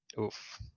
Oof